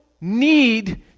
need